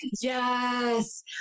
yes